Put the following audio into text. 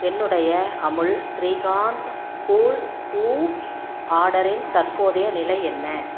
என்னுடைய Amul Shrikhand cool scoop ஆர்டரின் தற்போதைய நிலை என்ன